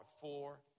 four